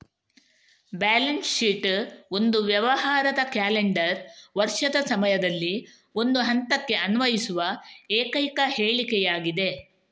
balance sheet ಒಂದು ವ್ಯವಹಾರದ calendar ವರ್ಷದ ಸಮಯದಲ್ಲಿ ಒಂದು ಹಂತಕ್ಕೆ ಅನ್ವಯಿಸುವ ಏಕೈಕ ಹೇಳಿಕೆಯಾಗಿದೆ